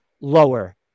lower